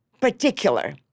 particular